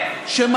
מה אתה עושה,